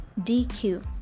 DQ